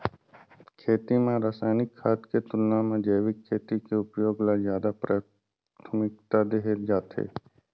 खेती म रसायनिक खाद के तुलना म जैविक खेती के उपयोग ल ज्यादा प्राथमिकता देहे जाथे